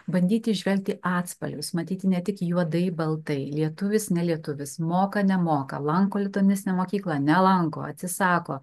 bandyti įžvelgti atspalvius matyti ne tik juodai baltai lietuvis nelietuvis moka nemoka lanko lituanistinę mokyklą nelanko atsisako